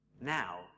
Now